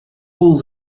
walls